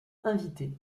invités